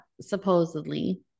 supposedly